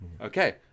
Okay